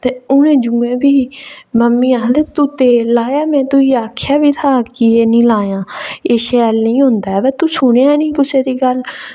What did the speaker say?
ते उ'नें जुएं फ्ही मम्मी आखदे तू तेल लाया में तुगी आखेआ बी हा कि एह् निं लायां एह् शैल नेईं होंदा ऐ वा तू सुनेआ निं कुसै दी गल्ल